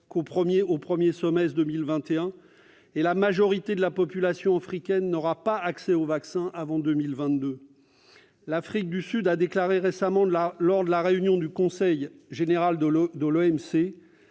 % au premier semestre 2021, et la majorité de la population africaine n'aura pas accès aux vaccins avant 2022. L'Afrique du Sud a déclaré récemment, lors de la réunion du conseil général de l'OMC